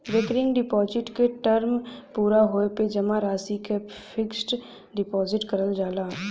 recurring deposit क टर्म पूरा होये पे जमा राशि क फिक्स्ड डिपाजिट करल जाला